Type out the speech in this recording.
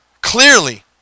clearly